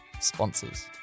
sponsors